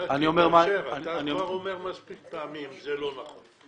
אתה כבר אמרת מספיק פעמים שזה לא נכון.